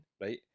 right